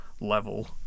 level